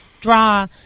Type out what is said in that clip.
draw